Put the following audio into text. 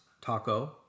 taco